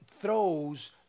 throws